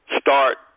start